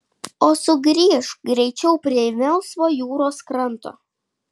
o sugrįžk greičiau prie melsvo jūros kranto